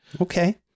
Okay